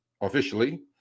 officially